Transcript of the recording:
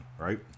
Right